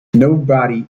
nobody